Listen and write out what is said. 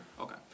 Okay